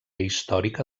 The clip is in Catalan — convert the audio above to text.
històrica